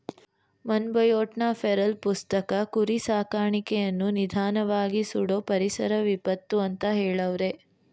ಮೊನ್ಬಯೋಟ್ನ feral ಪುಸ್ತಕ ಕುರಿ ಸಾಕಾಣಿಕೆಯನ್ನು ನಿಧಾನ್ವಾಗಿ ಸುಡೋ ಪರಿಸರ ವಿಪತ್ತು ಅಂತ ಹೆಳವ್ರೆ